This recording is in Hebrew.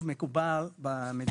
מקובל במדינה,